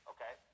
Okay